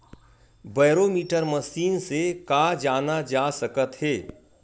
Barometer machine से का जाना जा सकत हे?